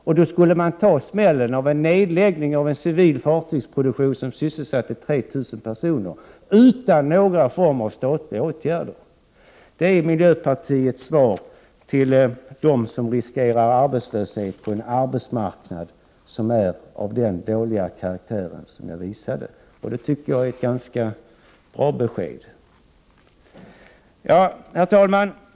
I det läget skulle man alltså ta smällen av en nedläggning av en civil fartygsproduktion där 3 000 personer sysselsattes — utan någon form av statliga motåtgärder. Det är alltså miljöpartiets svar till dem som riskerar arbetslöshet på en arbetsmarknad av den dåliga karaktären. Det tycker jag är ett avslöjande besked. Herr talman!